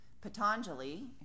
Patanjali